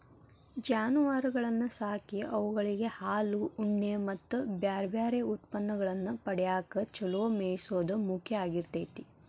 ಜಾನುವಾರಗಳನ್ನ ಸಾಕಿ ಅವುಗಳಿಂದ ಹಾಲು, ಉಣ್ಣೆ ಮತ್ತ್ ಬ್ಯಾರ್ಬ್ಯಾರೇ ಉತ್ಪನ್ನಗಳನ್ನ ಪಡ್ಯಾಕ ಚೊಲೋ ಮೇಯಿಸೋದು ಮುಖ್ಯ ಆಗಿರ್ತೇತಿ